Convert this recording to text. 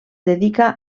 dedica